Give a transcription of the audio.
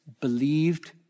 believed